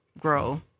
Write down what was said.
grow